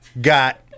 got